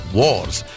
wars